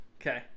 Okay